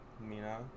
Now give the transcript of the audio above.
Mina